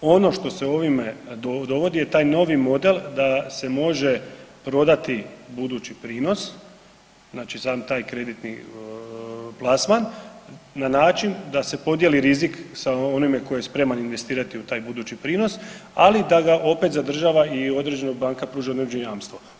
Ono što se ovime dovodi je taj novi model, da se može prodati budući prinos, znači sam taj kreditni plasman na način da se podijeli rizik sa onime tko je spreman investirati u taj budući prinos, ali da ga opet zadržava i određena banka pruža određeno jamstvo.